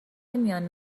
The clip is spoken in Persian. میان